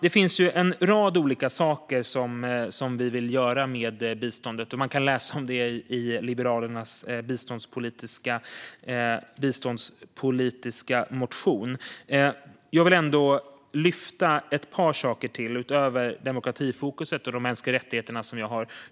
Det finns mycket Liberalerna vill göra med biståndet, och det kan man läsa om i vår biståndspolitiska motion. Jag ska lyfta fram ett par saker utöver redan nämnda demokratifokus och mänskliga rättigheter.